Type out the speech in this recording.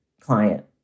client